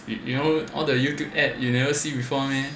you you know all the Youtube ad you never see before meh